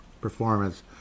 performance